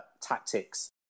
tactics